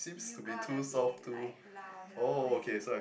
you gotta be like louder man